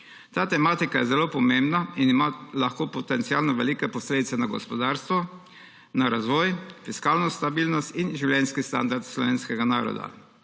Ta tematika je zelo pomembna in ima lahko potencialno velike posledice na gospodarstvo, na razvoj, fiskalno stabilnost in življenjski standard slovenskega naroda.